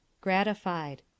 Gratified